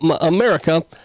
America